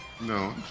No